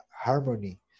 harmony